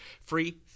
free